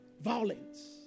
violence